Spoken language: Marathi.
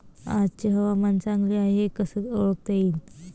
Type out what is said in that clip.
आजचे हवामान चांगले हाये हे कसे ओळखता येईन?